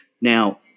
Now